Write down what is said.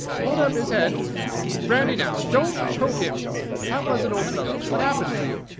hold up his head brandy now don't choke him how was it, old fellow? what happened to you?